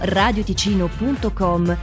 radioticino.com